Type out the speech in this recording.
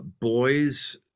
boys